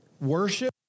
worship